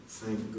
thank